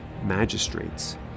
magistrates